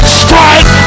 strike